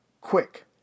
quick